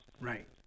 right